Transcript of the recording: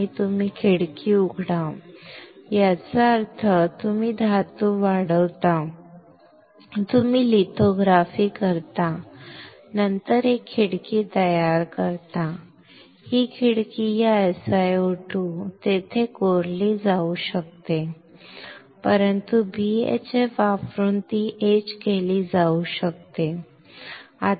आणि तुम्ही खिडकी उघडा याचा अर्थ तुम्ही धातू वाढवता तुम्ही लिथोग्राफी करता नंतर एक खिडकी तयार करता ही खिडकी या SiO2 तेथे कोरली जाऊ शकते बरोबर परंतु BHF वापरून ती एच कली जाऊ शकते